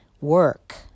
work